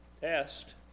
test